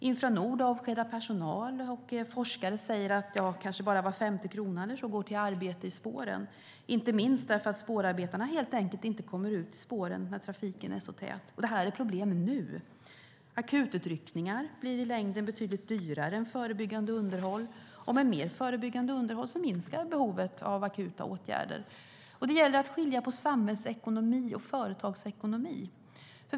Infranord avskedar personal, och forskare säger att kanske bara var femte krona eller så går till arbete i spåren - inte minst därför att spårarbetarna helt enkelt inte kommer ut i spåren när trafiken är så tät. Det här är ett problem nu . Akututryckningar blir i längden betydligt dyrare än förebyggande underhåll, och med mer förebyggande underhåll minskar behovet av akuta åtgärder. Det gäller att skilja på samhällsekonomi och företagsekonomi.